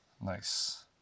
Nice